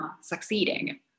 succeeding